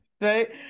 Right